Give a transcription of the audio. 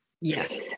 Yes